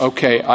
Okay